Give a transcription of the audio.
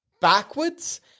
backwards